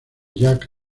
jack